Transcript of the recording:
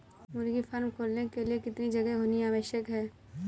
मुर्गी फार्म खोलने के लिए कितनी जगह होनी आवश्यक है?